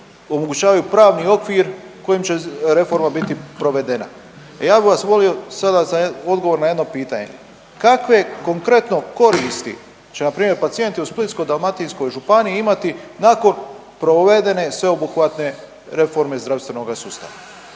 omogućavaju pravni okvir kojim će reforma biti provedena. Ja bih vas molio za odgovor na jedno pitanje. Kakve konkretno koristi će npr. pacijenti u Splitsko-dalmatinskoj županiji imati nakon provedene sveobuhvatne reforme zdravstvenog sustava?